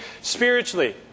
spiritually